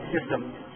system